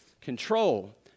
control